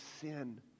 sin